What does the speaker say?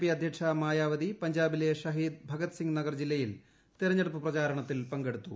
P അദ്ധ്യക്ഷ മായാവതി പഞ്ചാബിലെ ഷഹീദ് ഭഗത്സിംഗ് നഗർ ജില്ലയിൽ തെരഞ്ഞെടുപ്പ് പ്രചാരണത്തിൽ പങ്കെടുത്തു